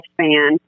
lifespan